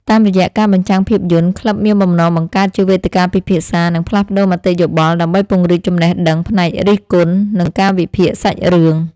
តាមរយៈការបញ្ចាំងភាពយន្ត ក្លឹបមានបំណងបង្កើតជាវេទិកាពិភាក្សា និងផ្លាស់ប្តូរមតិយោបល់ ដើម្បីពង្រីកចំណេះដឹងផ្នែករិះគន់ និងការវិភាគសាច់រឿង។